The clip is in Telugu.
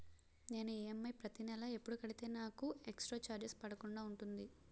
నేను ఈ.ఎం.ఐ ప్రతి నెల ఎపుడు కడితే నాకు ఎక్స్ స్త్ర చార్జెస్ పడకుండా ఉంటుంది?